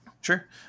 Sure